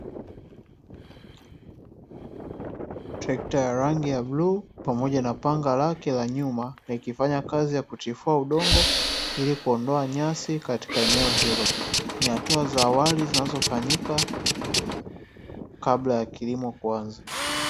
Trekta ya rangi ya bluu pamoja na panga lake la nyuma likifanya kazi ya kutifua udongo ili kuondoa nyasi katika eneo hilo, ni hatua za awali zinazofanyika kabla ya kilimo kuanza.